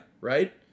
Right